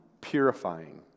purifying